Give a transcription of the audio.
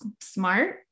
smart